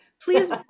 Please